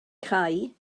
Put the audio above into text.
cau